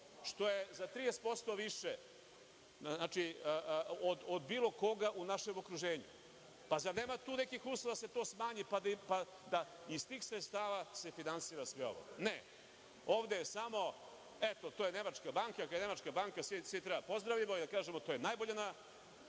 što je za 30% više od bilo koga u našem okruženju. Zar nema nekih uslova da se to smanji pa da se iz tih sredstava finansira sve ovo? Ne, ovde je samo – eto to je nemačka banka, ako je nemačka banka svi treba da pozdravimo i da kažemo to je najbolje na